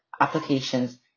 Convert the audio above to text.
applications